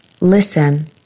Listen